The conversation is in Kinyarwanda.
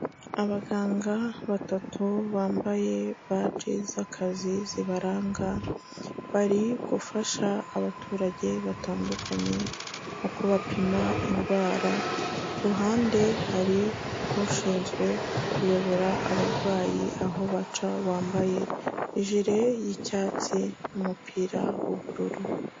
Abaganga batatu bambaye badge z'akazi zibaranga, bari gufasha abaturage batandukanye kubapima indwara, iruhande hari ushinzwe kuyobora abarwayi aho baca, wambaye ijule y'icyatsi n'umupira w'ubururu.